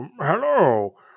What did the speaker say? Hello